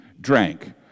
drank